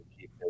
keep